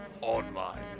Online